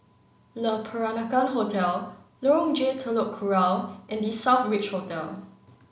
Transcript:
Le Peranakan Hotel Lorong J Telok Kurau and The Southbridge Hotel